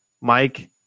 Mike